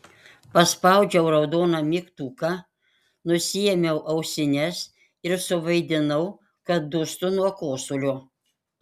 paspaudžiau raudoną mygtuką nusiėmiau ausines ir suvaidinau kad dūstu nuo kosulio